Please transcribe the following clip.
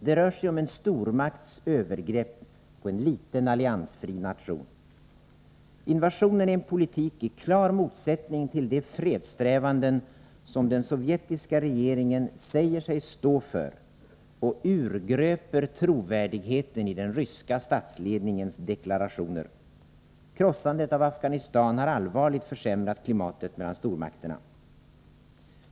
Det rör sig om en stormakts övergrepp på en liten alliansfri nation. Invasionen är en politik i klar motsättning till de fredssträvanden som den sovjetiska regeringen gärna säger sig stå för och urgröper trovärdigheten i den ryska statsledningens deklarationer. Krossandet av Afghanistan har allvarligt försämrat klimatet mellan stormakterna.